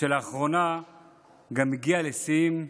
שלאחרונה גם הגיעה לשיאים חדשים.